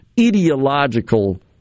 ideological